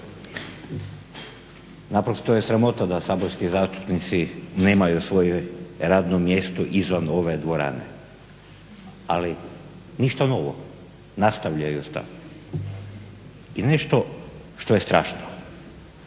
Naprosto je sramota da saborski zastupnici nemaju svoje radno mjesto izvan ove dvorane, ali ništa novo, nastavljaju staro. I nešto što je strašno,